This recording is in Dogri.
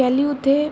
कैह्ली उत्थें